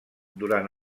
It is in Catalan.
durant